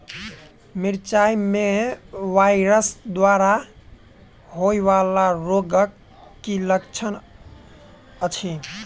मिरचाई मे वायरस द्वारा होइ वला रोगक की लक्षण अछि?